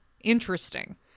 interesting